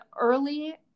early